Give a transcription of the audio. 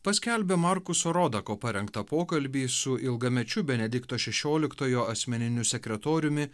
paskelbė markuso rodako parengtą pokalbį su ilgamečiu benedikto šešioliktojo asmeniniu sekretoriumi